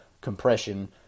compression